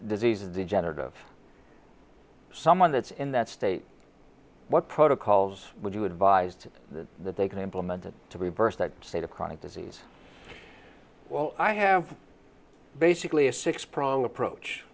disease a degenerative someone that's in that state what protocols would you advised that they can implement to reverse that state of chronic disease while i have basically a six prong approach